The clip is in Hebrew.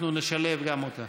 אנחנו נשלב גם אותך.